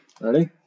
Ready